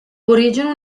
origine